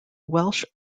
welsh